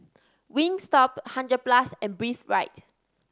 Wingstop Hundred Plus and Breathe Right